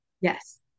yes